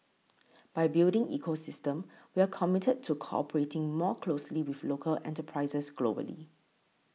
by building ecosystem we are committed to cooperating more closely with local enterprises globally